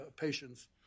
patient's